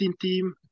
team